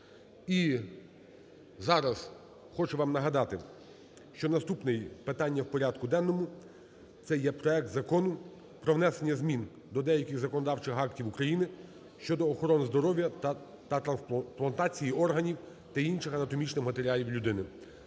І зараз хочу вам нагадати, що наступне питання в порядку денному це є проект Закону про внесення змін до деяких законодавчих актів України щодо охорони здоров'я та трансплантації органів та інших анатомічних матеріалів людини.